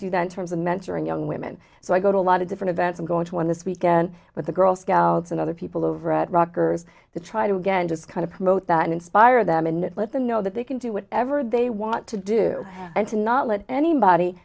then terms of mentoring young women so i go to a lot of different events i'm going to one this weekend with the girl scouts and other people over at rutgers to try to again just kind of promote that and inspire them and let them know that they can do whatever they want to do and to not let anybody